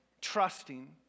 trusting